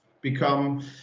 become